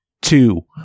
two